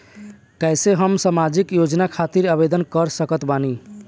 कैसे हम सामाजिक योजना खातिर आवेदन कर सकत बानी?